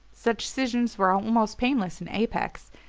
such scissions were almost painless in apex,